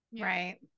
Right